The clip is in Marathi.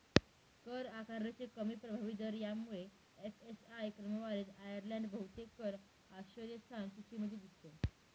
कर आकारणीचे कमी प्रभावी दर यामुळे एफ.एस.आय क्रमवारीत आयर्लंड बहुतेक कर आश्रयस्थान सूचीमध्ये दिसतो